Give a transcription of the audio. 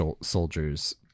soldiers